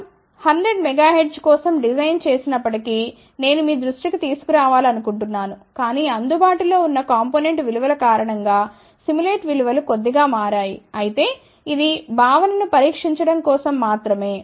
మనం 100 MHz కోసం design చేసినప్పటికీ నేను మీ దృష్టికి తీసుకురావాలనుకుంటున్నాను కాని అందుబాటులో ఉన్న కాంపొనెంట్ విలువల కారణం గా సిములేట్ విలువలు కొద్దిగా మారాయి అయితే ఇది భావనను పరీక్షించడం కోసం మాత్రమే